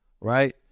right